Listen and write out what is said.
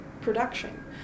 production